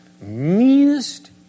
meanest